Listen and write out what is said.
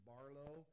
Barlow